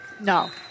No